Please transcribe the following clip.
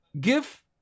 give